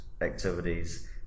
activities